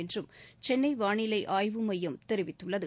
என்றும் சென்னைவானிலைஆய்வு மையம் தெரிவித்துள்ளது